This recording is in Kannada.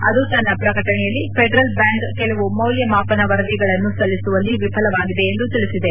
ಅದು ತನ್ನ ಪ್ರಕಟಣೆಯಲ್ಲಿ ಫೆಡರಲ್ ಬ್ಯಾಂಕ್ ಕೆಲವು ಮೌಲ್ಯಮಾಪನ ವರದಿಗಳನ್ನು ಸಲ್ಲಿಸುವಲ್ಲಿ ವಿಫಲವಾಗಿದೆ ಎಂದು ತಿಳಿಸಿದೆ